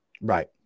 Right